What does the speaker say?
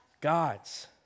Gods